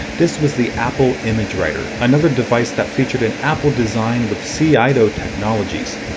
this was the apple imagewriter, another device that featured an apple design with c. itoh technologies.